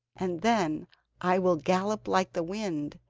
and then i will gallop like the wind,